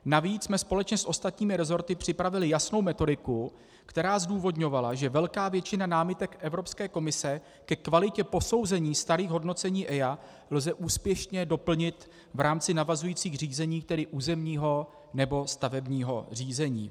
Navíc jsme společně s ostatními resorty připravili jasnou metodiku, která zdůvodňovala, že velkou většinu námitek Evropské komise ke kvalitě posouzení starých hodnocení EIA lze úspěšně doplnit v rámci navazujících řízení, tedy územního nebo stavebního řízení.